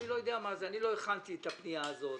אני לא הכנתי את הפנייה זאת,